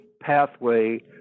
pathway